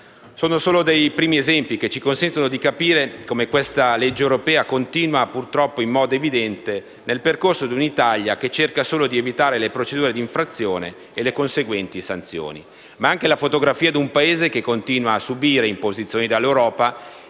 Sono solo alcuni primi esempi che ci consentono di capire come questa legge europea continui, purtroppo, in modo evidente nel percorso di un'Italia che cerca solo di evitare le procedure di infrazione e le conseguenti sanzioni. È anche la fotografia di un Paese che continua a subire imposizioni dall'Europa